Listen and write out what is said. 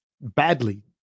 badly